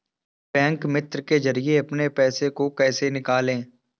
Bank मित्र के जरिए अपने पैसे को कैसे निकालें?